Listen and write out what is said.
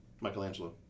Michelangelo